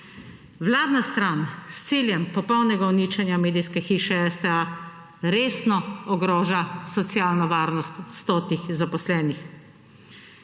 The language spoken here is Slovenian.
Vladna stran s ciljem popolnega uničenja medijske hiše STA resno ogroža socialno varnost stotih zaposlenih,